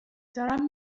دارم